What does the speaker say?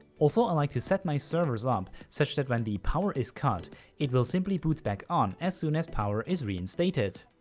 also i like to set my servers up such that when the power is cut it will simply boot back on as soon as power is reinstated.